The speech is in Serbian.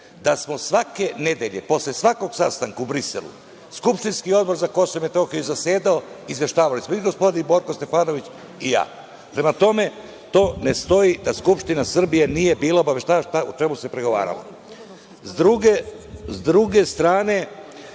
da smo svake nedelje, posle svakog sastanka u Briselu, skupštinski Odbor za KiM je zasedao i izveštavali smo i gospodin Borko Stefanović i ja. Prema tome, to ne stoji da Skupština Srbije nije bila obaveštena o čemu se pregovaralo.S druge strane,